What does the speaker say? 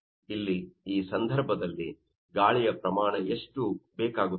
ಇಲ್ಲಿ ಈ ಸಂದರ್ಭದಲ್ಲಿ ಗಾಳಿಯ ಪ್ರಮಾಣ ಎಷ್ಟು ಬೇಕಾಗುತ್ತದೆ